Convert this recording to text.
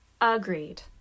agreed